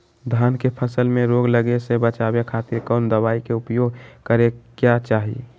धान के फसल मैं रोग लगे से बचावे खातिर कौन दवाई के उपयोग करें क्या चाहि?